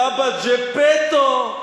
סבא ג'פטו,